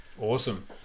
Awesome